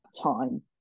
time